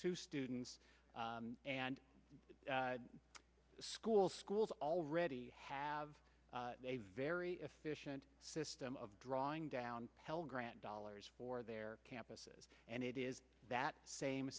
to students and the school schools already have a very efficient system of drawing down held grant dollars for their campuses and it is that same